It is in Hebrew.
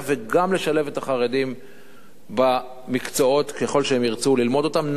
וגם לשלב את החרדים במקצועות ככל שהם ירצו ללמוד אותם,